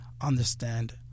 understand